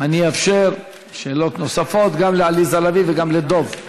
אני אאפשר שאלות נוספת גם לעליזה לביא וגם לדב.